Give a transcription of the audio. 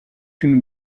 une